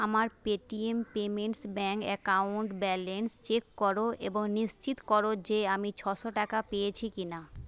আমার Paytm payments bank account balance check করো এবং নিশ্চিত করো যে আমি ছশো টাকা পেয়েছি কি না